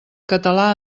català